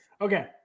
Okay